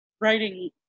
writing